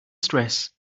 stress